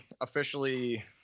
officially